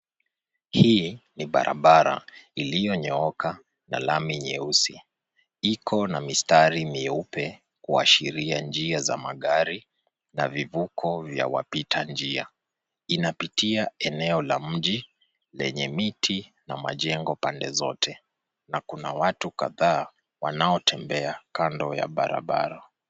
Hii ni barabara ilinyooka ya lami nyeusi, ikona mistari myeupe kuashiria njia za magari na vivuko za wapitanjia. Inapitia eneo la mji lenye miti na majengo pande zote, na kuna watu kadhaa wanaotembea kando ya barabara.